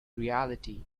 reality